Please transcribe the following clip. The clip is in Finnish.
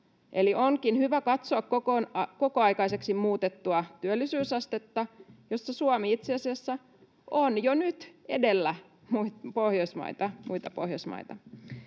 onkin hyvä katsoa kokoaikaiseksi muutettua työllisyysastetta, jossa Suomi itse asiassa on jo nyt edellä muita Pohjoismaita.